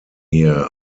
here